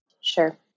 Sure